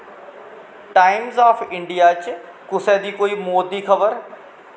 times of India च कुसै दी कोई मौत दी खबर